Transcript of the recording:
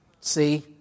See